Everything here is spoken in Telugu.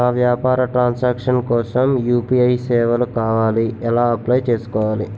నా వ్యాపార ట్రన్ సాంక్షన్ కోసం యు.పి.ఐ సేవలు కావాలి ఎలా అప్లయ్ చేసుకోవాలి?